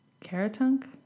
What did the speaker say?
Caratunk